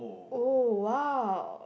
oh !wow!